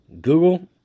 google